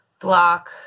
block